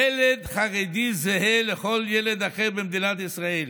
ילד חרדי זהה לכל ילד אחר במדינת ישראל,